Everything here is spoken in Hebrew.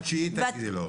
1 בספטמבר תגידי לו.